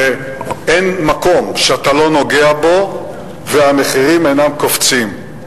ואין מקום שאתה לא נוגע בו והמחירים אינם קופצים.